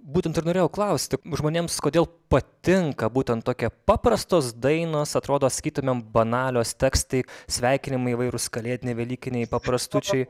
būtent ir norėjau klausti žmonėms kodėl patinka būtent tokia paprastos dainos atrodo sakytumėm banalios tekstai sveikinimai įvairūs kalėdiniai velykiniai paprastučiai